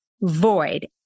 void